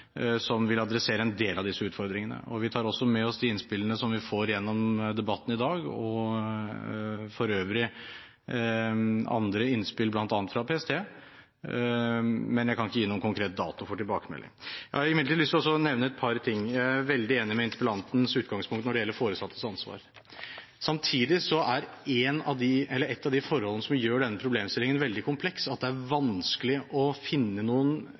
som vil adressere en del av disse utfordringene. Vi tar også med oss de innspillene som vi får gjennom debatten i dag, og for øvrig andre innspill, bl.a. fra PST. Men jeg kan ikke gi noen konkret dato for tilbakemelding. Jeg har imidlertid lyst til å nevne et par ting. Jeg er veldig enig i interpellantens utgangspunkt når det gjelder foresattes ansvar. Samtidig er ett av de forholdene som gjør denne problemstillingen veldig kompleks, at det er vanskelig å finne